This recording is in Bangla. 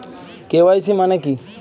কে.ওয়াই.সি মানে কী?